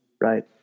Right